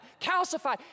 calcified